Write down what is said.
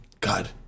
God